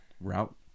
route